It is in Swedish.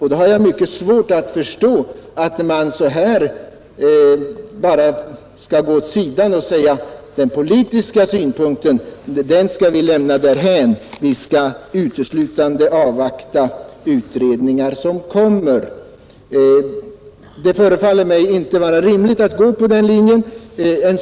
Jag har mycket svårt att förstå att man bara skall gå åt sidan och säga: Den politiska synpunkten skall vi lämna därhän, vi skall uteslutande avvakta utredningar som kommer. Det förefaller mig inte rimligt att gå på den linjen.